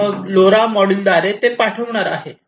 आणि मग लोरा मॉड्यूलद्वारे ते डेटा पाठवणार आहे